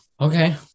Okay